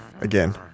Again